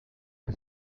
que